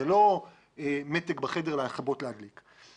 זה לא מתג בחדר לכבות ולהדליק.